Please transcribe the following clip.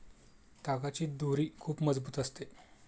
तागाची दोरी खूप मजबूत असते